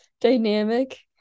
dynamic